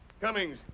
Cummings